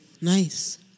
Nice